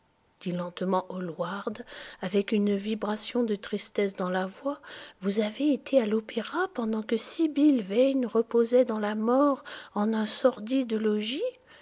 lentement hall ward avec une vibration de tristesse dans la voix vous avez été à l'opéra pendant que sibyl vane reposait dans la mort en un sordide logis